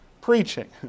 preaching